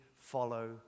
follow